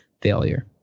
failure